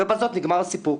ובזאת נגמר הסיפור.